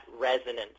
resonance